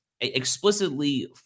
explicitly